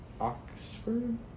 Oxford